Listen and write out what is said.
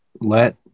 let